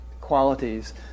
qualities